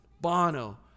Bono